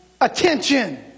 Attention